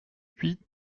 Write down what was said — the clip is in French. huit